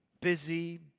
busy